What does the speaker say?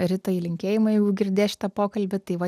ritai linkėjimai jeigu girdės šitą pokalbį tai va